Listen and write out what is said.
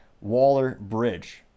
Waller-Bridge